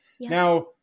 Now